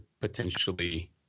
potentially